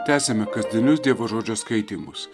tęsiame kasdienius dievo žodžio skaitymus